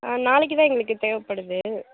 நாளைக்கு தான் எங்களுக்கு தேவைப்படுது